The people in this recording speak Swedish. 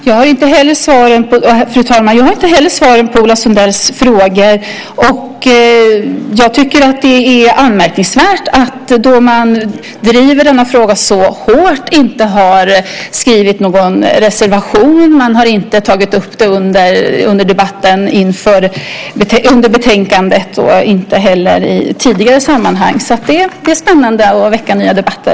Fru talman! Inte heller jag har något svar, Ola Sundell. Jag tycker att det är anmärkningsvärt att man, då man driver frågan så hårt, inte har skrivit någon reservation eller tagit upp detta i debatten inför betänkandet eller i tidigare sammanhang. Det är tydligen spännande att väcka nya debatter.